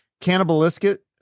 cannibalistic